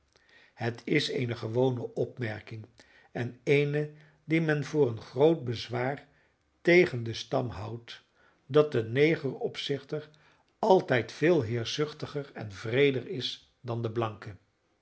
het is eene gewone opmerking en eene die men voor een groot bezwaar tegen den stam houdt dat de negeropzichter altijd veel heerschzuchtiger en wreeder is dan de blanke